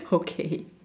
okay